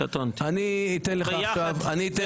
אתן לך עכשיו אפשרות לנמק.